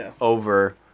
over